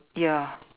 ya